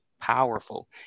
powerful